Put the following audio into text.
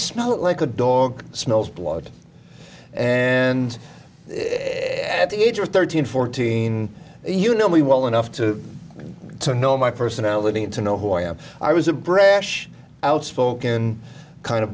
smell it like a dog smells blood and at the age of thirteen fourteen you know me well enough to know my personality and to know who i am i was a brash outspoken kind